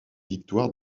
victoires